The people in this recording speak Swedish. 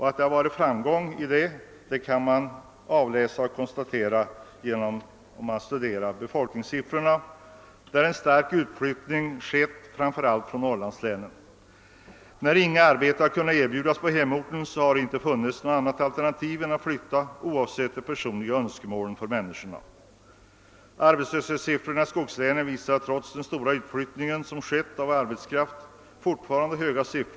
Att man haft framgång i dessa strävanden kan konstateras vid genomgång av befolkningssiffrorna, som visar att en stark utflyttning skett framför allt från Norrlandslänen. När inget arbete kunnat erbjudas på hemorten har det inte funnits något annat alternativ än att flytta, oavsett människornas personliga önskemål. Arbetslöshetssiffrorna i skogslänen är trots den stora utflyttning av arbetskraft som skett fortfarande höga.